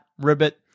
ribbit